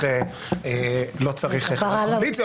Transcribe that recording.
לא צריך חברי קואליציה,